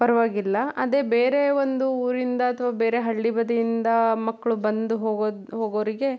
ಪರವಾಗಿಲ್ಲ ಅದೆ ಬೇರೆ ಒಂದು ಊರಿಂದ ಅಥವಾ ಬೇರೆ ಹಳ್ಳಿ ಬದಿಯಿಂದ ಮಕ್ಕಳು ಬಂದು ಹೋಗೊ ಹೋಗೋರಿಗೆ